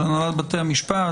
של הנהלת בתי המשפט?